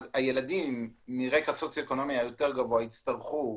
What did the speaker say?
אז הילדים מרקע סוציו-אקונומי יותר גבוה יצטרכו לחכות.